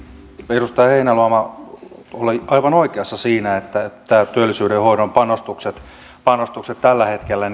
edustaja heinäluoma oli aivan oikeassa siinä että nämä työllisyyden hoidon panostukset panostukset tällä hetkellä